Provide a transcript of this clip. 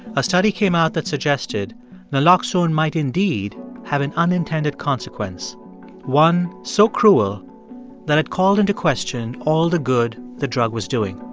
a study came out that suggested naloxone might indeed have an unintended consequence one so cruel that it called into question all the good the drug was doing.